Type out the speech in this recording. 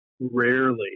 rarely